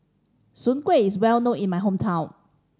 Soon Kueh is well known in my hometown